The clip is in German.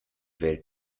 welt